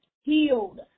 healed